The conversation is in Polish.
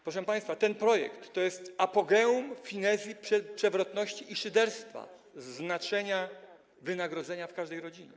Proszę państwa, ten projekt to jest apogeum finezji przewrotności i szyderstwa ze znaczenia wynagrodzenia w każdej dziedzinie.